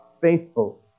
Faithful